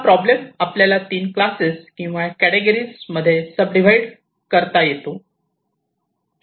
हा प्रॉब्लेम आपल्याला तीन क्लासेस किंवा कॅटेगिरी मध्ये सब डिव्हाइड करता येतो